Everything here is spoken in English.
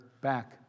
back